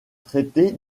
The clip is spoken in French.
traités